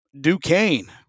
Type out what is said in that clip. Duquesne